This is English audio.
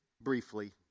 briefly